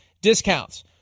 discounts